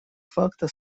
факто